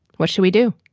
what should we do?